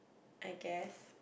I guess